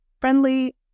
friendly